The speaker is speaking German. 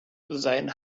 sein